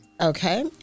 Okay